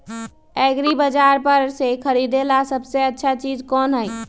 एग्रिबाजार पर से खरीदे ला सबसे अच्छा चीज कोन हई?